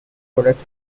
products